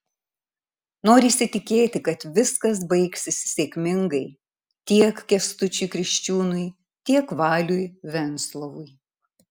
norisi tikėti kad viskas baigsis sėkmingai tiek kęstučiui kriščiūnui tiek valiui venslovui